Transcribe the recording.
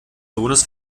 sohnes